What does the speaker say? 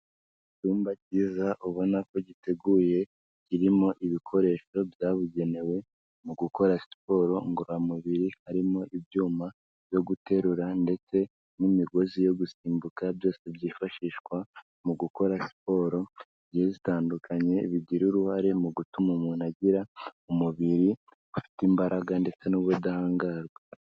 Icyumba kkiza ubona ko giteguye kirimo ibikoresho byabugenewe mu gukora siporo ngororamubiri, harimo ibyuma byo guterura ndetse n'imigozi yo gusimbuka byose byifashishwa mu gukora siporo zigiye zitandukanye bigira uruhare mu gutuma umuntu agira umubiri ufite imbaraga ndetse n'ubudahangarwa.